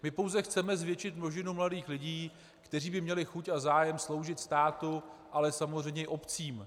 My pouze chceme zvětšit množinu mladých lidí, kteří by měli chuť a zájem sloužit státu, ale samozřejmě i obcím.